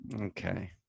okay